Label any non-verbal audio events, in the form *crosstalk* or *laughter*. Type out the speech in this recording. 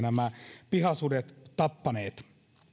*unintelligible* nämä pihasudet ovat turkiseläimiä tappaneet